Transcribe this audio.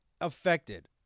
affected